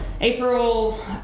April